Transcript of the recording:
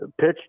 pitch